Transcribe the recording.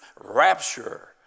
rapture